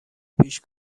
پیش